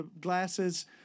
glasses